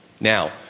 Now